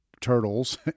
Turtles